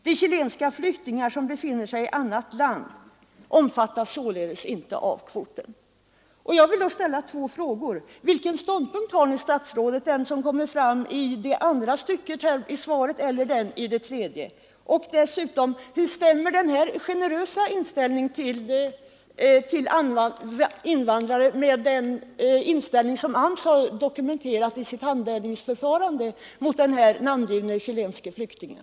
De chilenska flyktingar som befinner sig i annat land omfattas sålunda inte av kvoten.” Jag vill med anledning av detta ställa två frågor. Vilken ståndpunkt har statsrådet: den som kommer till uttryck i det andra stycket eller den som kommer till uttryck i det tredje? Hur stämmer den här generösa inställningen till invandrare med den inställning som AMS har dokumenterat i sin handläggning av ärendet angående den namngivne chilenske flyktingen?